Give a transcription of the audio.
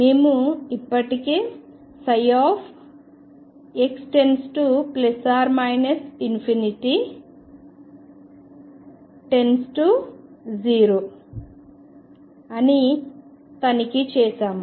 మేము ఇప్పటికే ψx →0 అని తనిఖీ చేసాము